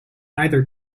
either